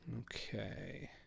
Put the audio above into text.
Okay